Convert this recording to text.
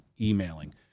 emailing